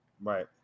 Right